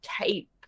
tape